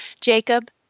Jacob